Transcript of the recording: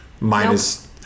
Minus